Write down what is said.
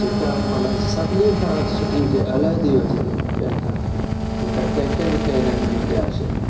जेका माना सभिनी खां सुठी हुजे अलहदी ई हुजे ॿियनि खां जेका कंहिंखे बि कंहिं न ॾिनी हुजे आशिक़ु